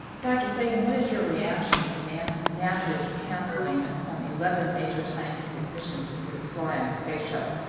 dr. sagan, what is your reaction to nasa's nasa's cancelling some eleven major scientific missions that would've flied in space shuttle?